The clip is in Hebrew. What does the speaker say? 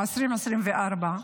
ב-2024,